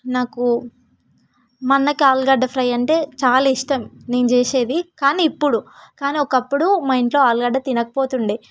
నాకు మా అన్నకి ఆలుగడ్డ ఫ్రై అంటే చాలా ఇష్టం నేను చేసేది కానీ ఇప్పుడు కానీ ఒకప్పుడు మా ఇంట్లో ఆలుగడ్డ తినక పోతుండే